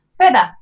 further